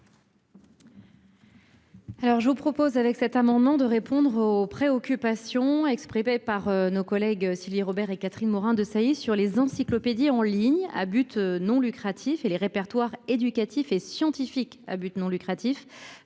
je vous propose avec cet amendement, de répondre aux préoccupations exprimées par nos collègues Sylvie Robert et Catherine Morin-Desailly sur les encyclopédies en ligne à but non lucratif et les répertoires éducatif et scientifique à but non lucratif,